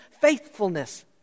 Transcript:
faithfulness